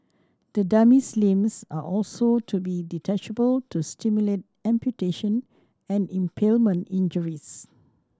the dummy's limbs are also to be detachable to simulate amputation and impalement injuries